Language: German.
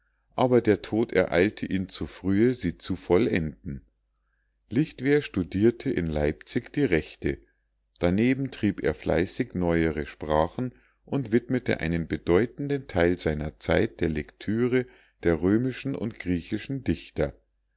aber der tod ereilte ihn zu frühe sie zu vollenden lichtwer studirte in leipzig die rechte daneben trieb er fleißig neuere sprachen und widmete einen bedeutenden theil seiner zeit der lektüre der römischen und griechischen dichter